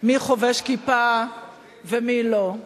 מי חובש כיפה ומי לא.